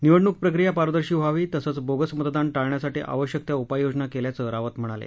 निवडणूक प्रक्रिया पारदर्शी व्हावी तसंच बोगस मतदान टाळण्यासाठी आवश्यक त्या उपाययोजना केल्याचं रावत म्हणाले